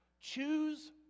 choose